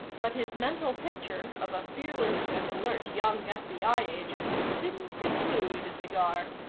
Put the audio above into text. but his mental picture of a fearless and alert young fbi agent didn't include a cigar.